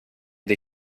dei